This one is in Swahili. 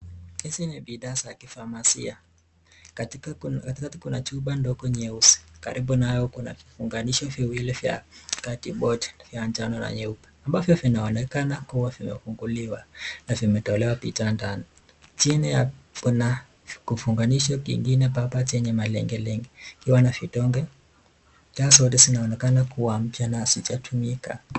Hizi ni bidhaa za kifamasia, katikati Kuna chupa ndogo nyeusi karibu nao Kuna vifunganishi mbili vya kati vya njano na nyeupe ambavyo vinaonekana kuwa vimefunguliwa na zimetolewa bidhaa ndani, chini kuna vifunganishi papa chenye vilengelenge ikiwa na vidonge , jaa zote zikiwa mpya na hazijatumika.